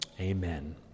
Amen